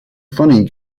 funny